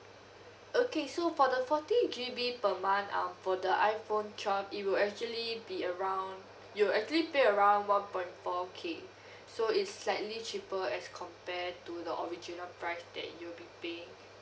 okay so for the forty G_B per month uh for the iphone twelve it will actually be around you'll actually pay around one point four K so it's slightly cheaper as compare to the original price that you'll be paying